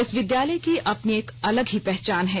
इस विद्यालय की अपनी एक अलग ही पहचान है